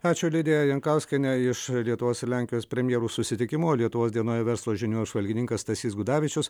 ačiū lidija jankauskienė iš lietuvos ir lenkijos premjerų susitikimo o lietuvos dienoje verslo žinių apžvalgininkas stasys gudavičius